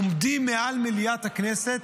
עומדים מעל מליאת הכנסת,